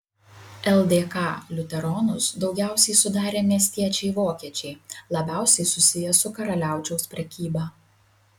ldk liuteronus daugiausiai sudarė miestiečiai vokiečiai labiausiai susiję su karaliaučiaus prekyba